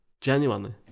genuinely